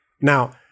Now